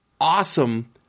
awesome